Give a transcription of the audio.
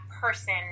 person